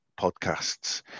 podcasts